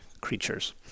creatures